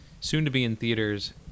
soon-to-be-in-theaters